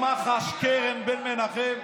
ראשת מח"ש קרן בר-מנחם,